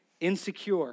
insecure